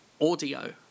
audio